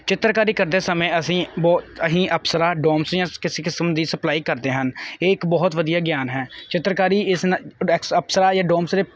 ਚਿੱਤਰਕਾਰੀ ਕਰਦੇ ਸਮੇਂ ਅਸੀਂ ਬੋ ਅਸੀਂ ਅਪਸਰਾਂ ਡੋਮਸ ਜਾਂ ਕਿਸੇ ਕਿਸਮ ਦੀ ਸਪਲਾਈ ਕਰਦੇ ਹਨ ਇਹ ਇੱਕ ਬਹੁਤ ਵਧੀਆ ਗਿਆਨ ਹੈ ਚਿੱਤਰਕਾਰੀ ਇਸ ਨਾ ਅਪਸਰਾਂ ਜਾਂ ਡੋਮਸ ਦੇ